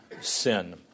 sin